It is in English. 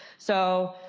so